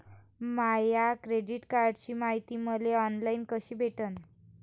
माया credit कार्डची मायती मले ऑनलाईन कसी भेटन?